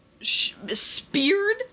speared